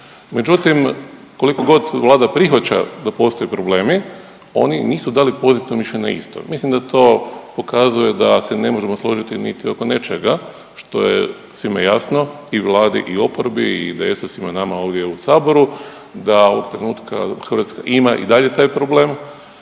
Međutim, koliko god Vlada prihvaća da postoje problemi oni nisu dali pozitivno mišljenje na isto. Mislim da to pokazuje da se ne možemo složiti niti oko nečega što je svima jasno i Vladi i oporbi i IDS-u i svima nama ovdje u Saboru, da ovog trenutka Hrvatska ima i dalje taj problem